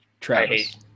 Travis